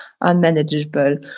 unmanageable